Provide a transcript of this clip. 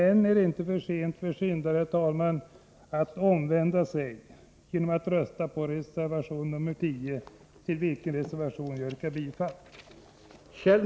Än är det inte för sent, herr talman, för syndare att omvända sig genom att rösta på reservation nr 10, till vilken jag yrkar bifall.